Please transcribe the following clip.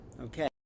Okay